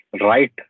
Right